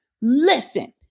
Listen